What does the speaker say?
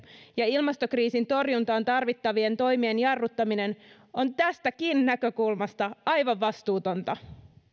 ja ilmastokriisin torjuntaan tarvittavien toimien jarruttaminen on tästäkin näkökulmasta aivan vastuutonta